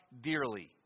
dearly